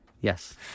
Yes